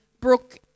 Brooke